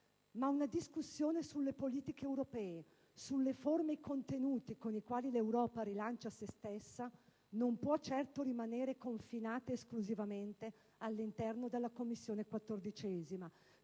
Ma una discussione sulle politiche europee, sulle forme e i contenuti con i quali l'Europa rilancia se stessa, non può certo rimanere confinata esclusivamente all'interno della 14a Commissione, pena